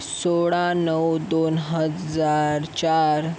सोळा नऊ दोन हजार चार